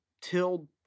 tilled